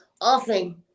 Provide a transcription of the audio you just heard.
often